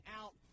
out